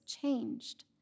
changed